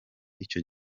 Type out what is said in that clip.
icyo